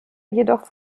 jedoch